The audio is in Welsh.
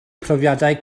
profiadau